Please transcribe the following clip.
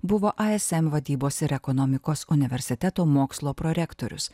buvo asm vadybos ir ekonomikos universiteto mokslo prorektorius